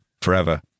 Forever